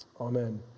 Amen